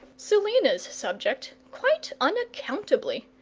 selina's subject, quite unaccountably,